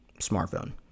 smartphone